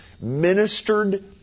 ministered